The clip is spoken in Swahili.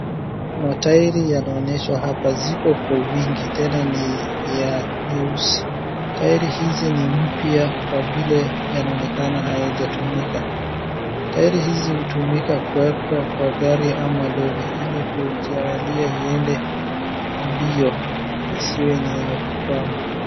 Matairi yanaonyeshwa hapa. Ziko kwa wingi, tena ni ya nyeusi. Tairi hizi ni mpya kwa vile yanaonekana hayajatumika. Tairi hizi hutumika kuwekwa kwa gari ama lori ili kujalia iende mbio, isiwe ni yenye kukwama.